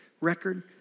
record